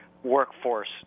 workforce